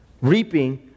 reaping